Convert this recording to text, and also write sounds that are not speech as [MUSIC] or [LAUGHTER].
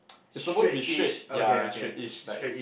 [NOISE] it's supposed to be straight ya straight-ish like